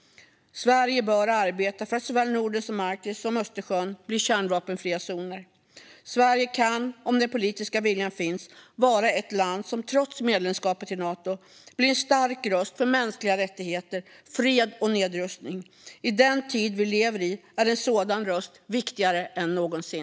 Sverige bör arbeta för att såväl Norden som Arktis och Östersjön blir kärnvapenfria zoner. Sverige kan, om den politiska viljan finns, vara ett land som trots medlemskapet i Nato blir en stark röst för mänskliga rättigheter, fred och nedrustning. I den tid vi lever i är en sådan röst viktigare än någonsin.